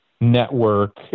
network